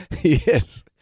Yes